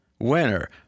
Winner